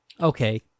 Okay